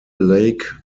lake